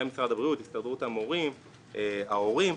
ההורים.